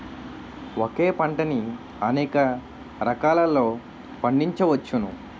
ఒకే పంటని అనేక రకాలలో పండించ్చవచ్చును